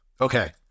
Okay